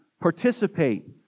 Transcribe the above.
participate